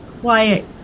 quiet